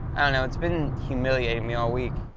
i dunno. it's been humiliating me all week.